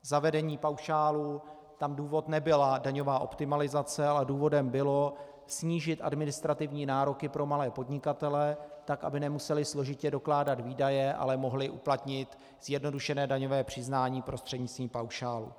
Zavedení paušálů, tam důvod nebyla daňová optimalizace, ale důvodem bylo snížit administrativní nároky pro malé podnikatele, tak aby nemuseli složitě dokládat výdaje, ale mohli uplatnit zjednodušené daňové přiznání prostřednictvím paušálu.